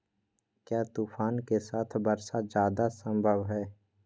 क्या तूफ़ान के साथ वर्षा जायदा संभव है?